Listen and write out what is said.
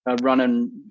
running